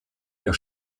der